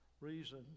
reason